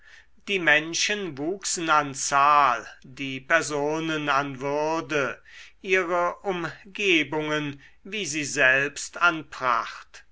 die menschen wuchsen an zahl die personen an würde ihre umgebungen wie sie selbst an pracht